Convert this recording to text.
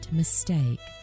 mistake